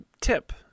tip